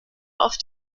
auf